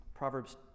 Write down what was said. Proverbs